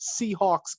Seahawks